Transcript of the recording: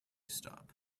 stop